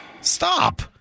Stop